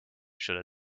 should